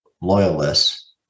loyalists